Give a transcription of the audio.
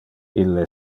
ille